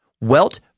welt